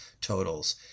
totals